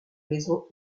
maison